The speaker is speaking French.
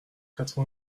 quatre